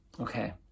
Okay